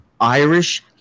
Irish